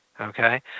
okay